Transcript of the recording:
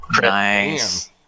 Nice